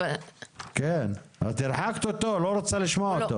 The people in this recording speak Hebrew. את הרחקת אותו, את לא רוצה לשמוע אותו.